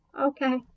okay